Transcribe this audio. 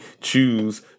choose